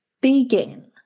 begin